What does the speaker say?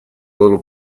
little